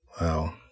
Wow